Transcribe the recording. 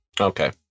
Okay